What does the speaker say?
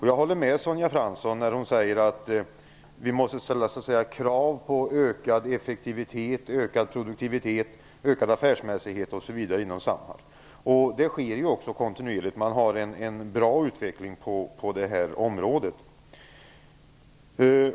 Jag håller med Sonja Fransson om att vi måste ställa krav på ökad effektivitet, ökad produktivitet, ökad affärsmässighet osv. inom Samhall. Det sker också kontinuerligt, för man har en bra utveckling på detta område.